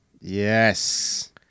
Yes